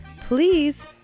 please